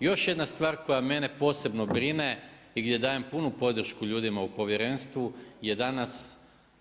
Još jedna stvar koja mene posebno brine i gdje dajem punu podršku ljudima u povjerenstvu je danas